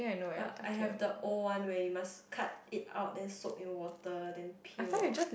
but I have the old one where you must cut it out then soak in water then peel off